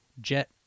Jet